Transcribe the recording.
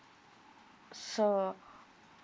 so